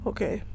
Okay